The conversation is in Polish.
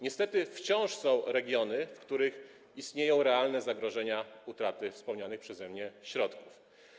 Niestety wciąż są regiony, w których istnieją realne zagrożenia związane z utratą wspomnianych przeze mnie środków.